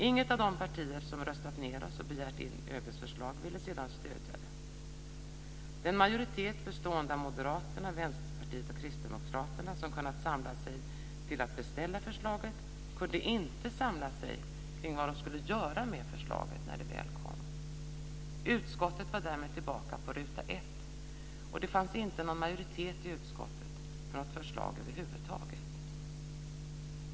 Inget av de partier som röstat ned oss och begärt in ÖB:s förslag ville sedan stödja det. Den majoritet bestående av Moderaterna, Vänsterpartiet och Kristdemokraterna som kunnat samla sig till att beställa förslaget kunde inte samla sig till vad de skulle göra med förslaget när det väl kom. Utskottet var därmed tillbaka på ruta 1, och det fanns inte någon majoritet i utskottet för något förslag över huvud taget.